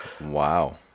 Wow